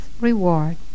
reward